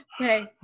Okay